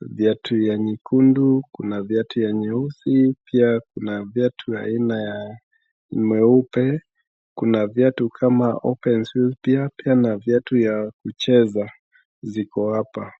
viatu ya nyekundu, kuna viatu ya nyeusi, pia kuna viatu aina ya meupe. Kuna viatu kama open shoes pia. Pia na viatu ya kucheza ziko hapa.